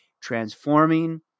transforming